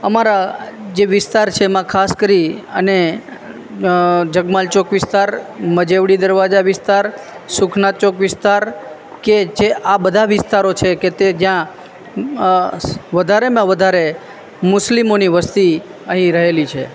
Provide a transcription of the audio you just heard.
અમારા જે વિસ્તાર છે એમાં ખાસ કરી અને જગમાલ ચોક વિસ્તાર મજેવળી દરવાજા વિસ્તાર સુખનાથ ચોક વિસ્તાર કે જે આ બધા વિસ્તારો છે કે તે જ્યાં વધારેમાં વધારે મુસ્લિમોની વસ્તી અહીં રહેલી છે